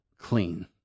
clean